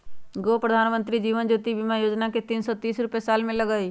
गो प्रधानमंत्री जीवन ज्योति बीमा योजना है तीन सौ तीस रुपए साल में लगहई?